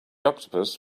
octopus